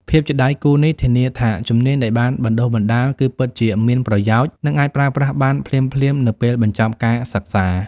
ភាពជាដៃគូនេះធានាថាជំនាញដែលបានបណ្តុះបណ្តាលគឺពិតជាមានប្រយោជន៍ និងអាចប្រើប្រាស់បានភ្លាមៗនៅពេលបញ្ចប់ការសិក្សា។